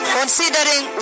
considering